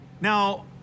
Now